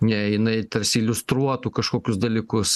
ne jinai tarsi iliustruotų kažkokius dalykus